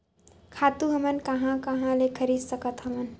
खातु हमन कहां कहा ले खरीद सकत हवन?